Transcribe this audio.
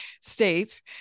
state